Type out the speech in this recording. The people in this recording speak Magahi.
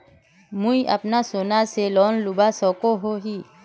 मुई अपना सोना से लोन लुबा सकोहो ही?